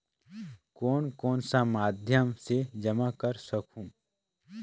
कौन कौन सा माध्यम से जमा कर सखहू?